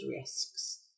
risks